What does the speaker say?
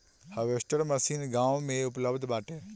harvester machine गाँव में उपलब्ध बाटे